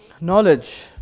Knowledge